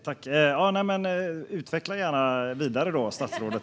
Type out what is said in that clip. Fru talman! Utveckla då gärna detta vidare, statsrådet!